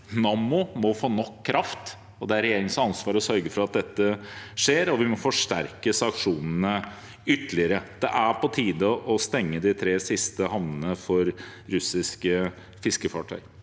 Nammo må få nok kraft, og det er regjeringens ansvar å sørge for at dette skjer. Vi må også forsterke sanksjonene ytterligere. Det er på tide å stenge de tre siste havnene for russiske fiskefartøy.